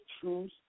truth